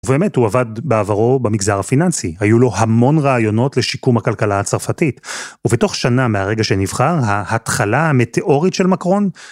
באמת הוא עבד בעברו במגזר הפיננסי, היו לו המון רעיונות לשיקום הכלכלה הצרפתית, ובתוך שנה מהרגע שנבחר ההתחלה המטאורית של מקרון